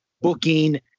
booking